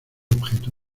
objeto